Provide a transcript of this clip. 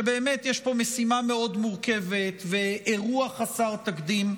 כשבאמת יש פה משימה מאוד מורכבת ואירוע חסר תקדים.